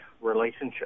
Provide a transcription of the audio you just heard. relationship